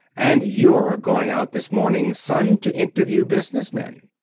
and you're going out this morning, son, to interview business men.